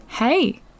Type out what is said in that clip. Hey